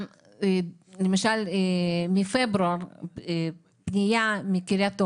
למשל בפברואר קיבלתי פנייה מקריית אונו,